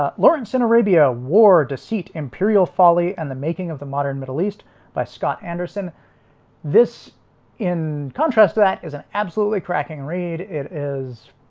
ah lawrence in arabia war deceit imperial folly and the making of the modern middle east by scott anderson this in contrast to that is an absolutely cracking read it is